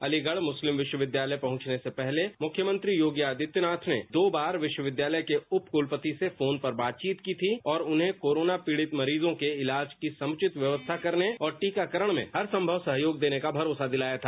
अलीगढ़ मुस्लिम विश्वविद्यालय पहुंचने से पहले मुख्यमंत्री योगी आदित्यनाथ ने दो बार विश्वविद्यालय के उप कुलपति से फोन पर बातचीत की थी और उन्हें कोरोना पीड़ित मरीजों के इलाज की समुचित व्यवस्था करने और टीकाकरण में हर संभव सहयोग देने का भरोसा दिलाया था